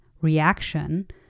reaction